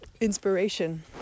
inspiration